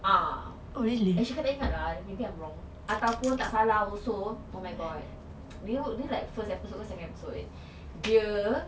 ah actually tak ingat lah maybe I'm wrong ataupun tak salah also oh my god dia like first episode ke second episode dia